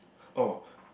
oh